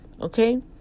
Okay